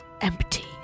empty